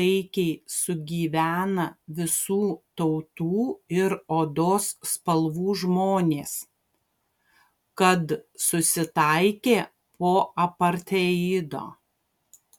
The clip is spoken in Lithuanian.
taikiai sugyvena visų tautų ir odos spalvų žmonės kad susitaikė po apartheido